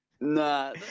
Nah